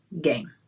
game